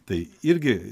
tai irgi